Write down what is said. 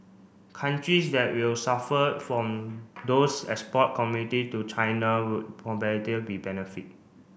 countries that will suffer from those export commodity to China would competitors will benefit